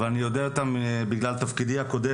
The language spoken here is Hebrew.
אבל אני יודע אותם בגלל תפקידי הקודם